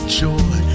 joy